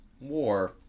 War